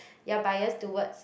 you're bias towards